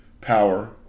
power